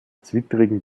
zwittrigen